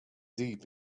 deep